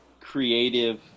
creative